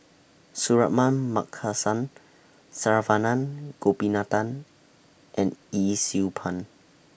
Suratman Markasan Saravanan Gopinathan and Yee Siew Pun